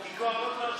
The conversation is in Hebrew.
כי כואבות לו השיניים.